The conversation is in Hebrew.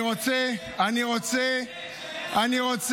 אני רוצה ------ אוי ואבוי.